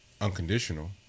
Unconditional